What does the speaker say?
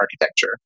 architecture